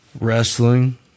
Wrestling